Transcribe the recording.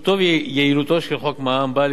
פשטותו ויעילותו של חוק המע"מ באות